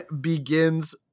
begins